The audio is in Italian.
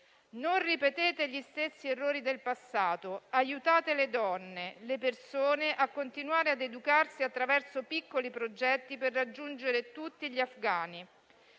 Non ripetete gli stessi errori del passato. Aiutate le donne, le persone, a continuare a educarsi attraverso piccoli progetti per raggiungere tutti gli afghani.